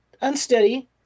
unsteady